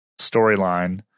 storyline